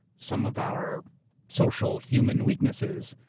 some of our social human weaknesses,